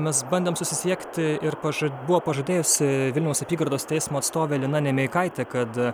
mes bandėm susisiekti ir paža buvo pažadėjusi vilniaus apygardos teismo atstovė lina nemeikaitė kad